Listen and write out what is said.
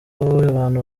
abantu